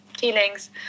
feelings –